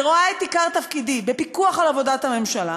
ורואה את עיקר תפקידי בפיקוח על עבודת הממשלה,